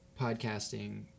podcasting